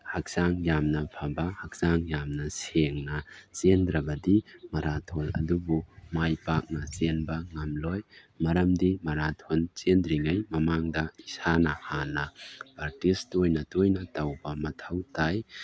ꯍꯛꯆꯥꯡ ꯌꯥꯝꯅ ꯐꯕ ꯍꯛꯆꯥꯡ ꯌꯥꯝꯅ ꯁꯦꯡꯅ ꯆꯦꯟꯗ꯭ꯔꯕꯗꯤ ꯃꯔꯥꯊꯣꯟ ꯑꯗꯨꯕꯨ ꯃꯥꯏ ꯄꯥꯛꯅ ꯆꯦꯟꯕ ꯉꯝꯂꯣꯏ ꯃꯔꯝꯗꯤ ꯃꯔꯥꯊꯣꯟ ꯆꯦꯟꯗ꯭ꯔꯤꯉꯩꯒꯤ ꯃꯃꯥꯡꯗ ꯏꯁꯥꯅ ꯍꯥꯟꯅ ꯄ꯭ꯔꯥꯛꯇꯤꯁ ꯇꯣꯏꯅ ꯇꯣꯏꯅ ꯇꯧꯕ ꯃꯊꯧ ꯇꯥꯏ